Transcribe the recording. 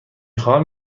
خواهم